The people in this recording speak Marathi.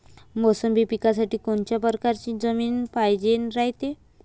मोसंबी पिकासाठी कोनत्या परकारची जमीन पायजेन रायते?